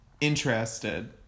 interested